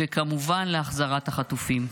וכמובן להחזרת החטופים.